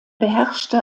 beherrschte